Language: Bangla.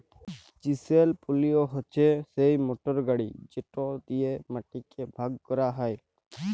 চিসেল পিলও হছে সেই মটর গাড়ি যেট দিঁয়ে মাটিকে ভাগ ক্যরা হ্যয়